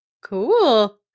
cool